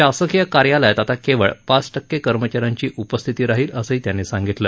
शासकीय कार्यालयात आता केवळ पाच टक्के कर्मचा यांची उपस्थिती राहील असंही त्यांनी सांगितलं